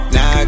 Now